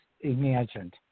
imagined